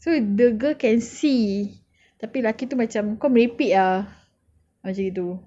so the girl can see tapi lelaki tu macam kau merepek ah macam itu